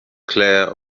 claire